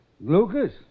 Lucas